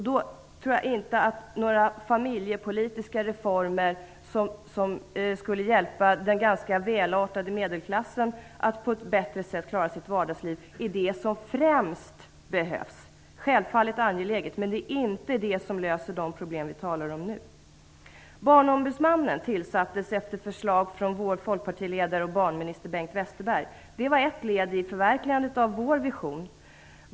Då tror jag inte att några familjepolitiska reformer som skulle hjälpa den ganska välartade medelklassen att på ett bättre sätt klara sitt vardagsliv är det som främst behövs. Självfallet är det angeläget, men det är inte det som löser de problem som vi talar om nu. Det var ett led i förverkligandet av vår vision.